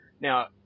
Now